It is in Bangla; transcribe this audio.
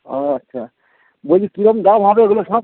আচ্ছা বলছি কীরকম দাম হবে এগুলো সব